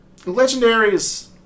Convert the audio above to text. legendaries